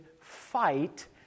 fight